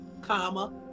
comma